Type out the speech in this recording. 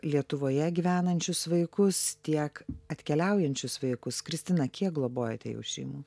lietuvoje gyvenančius vaikus tiek atkeliaujančius vaikus kristina kiek globojate jau šeimų